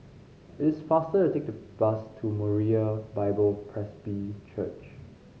it is faster to take to bus to Moriah Bible Presby Church